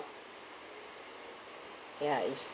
ya it's